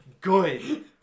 good